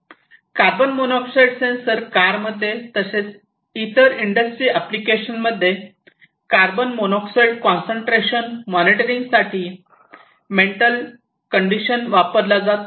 carbon monoxide sensor कारमध्ये तसेच इतर इंडस्ट्री अप्लिकेशन मध्ये कार्बन मोनॉक्साईड कॉन्सन्ट्रेशन मॉनिटरिंग साठी मेंटल कंडिशनवापरला जातो